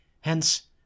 Hence